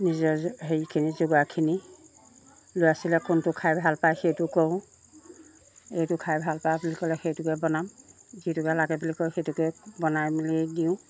নিজৰ হেৰিখিনি যোগাৰখিনি ল'ৰা ছোৱালীয়ে কোনটো খাই ভাল পায় সেইটো কৰোঁ এইটো খাই ভাল পায় বুলি ক'লে সেইটোকে বনাওঁ যিটোকে লাগে বুলি কয় সেইটোকে বনাই মেলি দিওঁ